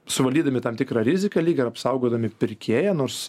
suvaldydami tam tikrą riziką lyg ir apsaugodami pirkėją nors